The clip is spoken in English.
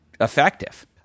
effective